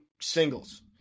singles